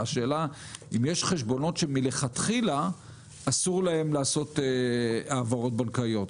השאלה אם יש חשבונות שמלכתחילה אסור להם לעשות העברות בנקאיות.